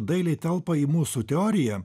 dailiai telpa į mūsų teoriją